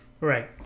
Right